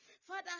Father